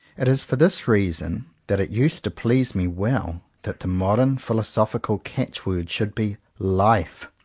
it is for this reason that it used to please me well that the modern philosophical catch-word should be life,